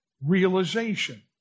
realization